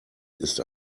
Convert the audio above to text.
ist